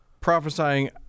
prophesying